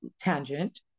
tangent